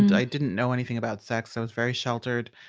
and i didn't know anything about sex, i was very sheltered.